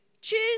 choose